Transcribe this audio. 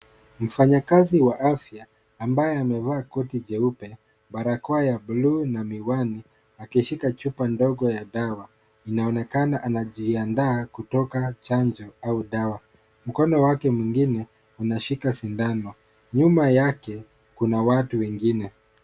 Mfanyakazi wa afya ambaye amevaa koti jeupe, barakoa ya buluu na miwani, akishika chupoa ndogo ya dawa. Inaonekana anajiandaa kutoka chanjo au dawa. Mkono wake mwingine unashika chanjo. Nyuma yake kuna watu wengine.